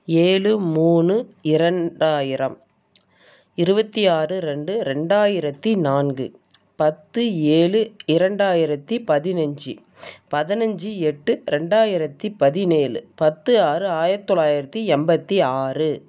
ஏழு மூனு இரண்டாயிரம் இருபத்தியாறு ரெண்டு ரெண்டாயிரத்து நான்கு பத்து ஏழு இரண்டாயிரத்து பதினைச்சு பதினைச்சு எட்டு ரெண்டாயிரத்து பதினேழு பத்து ஆறு ஆயிரத்து தொள்ளாயிரத்து எண்பத்தி ஆறு